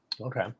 Okay